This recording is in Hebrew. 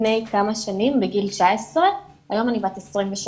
לפני כמה שנים, בגיל 19, היום אני בת 23,